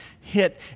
hit